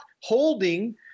holding